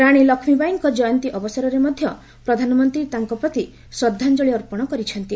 ରାଣୀ ଲକ୍ଷ୍ମୀବାର୍ଇଙ୍କ କୟନ୍ତୀ ଅବସରରେ ମଧ୍ୟ ପ୍ରଧାନମନ୍ତ୍ରୀ ତାଙ୍କ ପ୍ରତି ଶ୍ରଦ୍ଧାଞ୍ଜଳି ଅର୍ପଣ କରିଛନ୍ତି